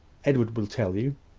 edward will tell you.